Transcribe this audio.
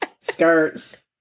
skirts